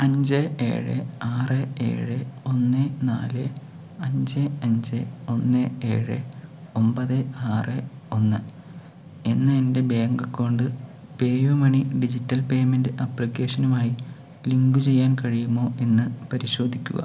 അഞ്ച് ഏഴ് ആറ് ഏഴ് ഒന്ന് നാല് അഞ്ച് അഞ്ച് ഒന്ന് ഏഴ് ഒമ്പത് ആറ് ഒന്ന് എന്ന എൻ്റെ bank account PayU money digital payment ആപ്ലിക്കേഷനുമായി ലിങ്കു ചെയ്യാൻ കഴിയുമോ എന്ന് പരിശോധിക്കുക